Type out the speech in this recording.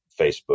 Facebook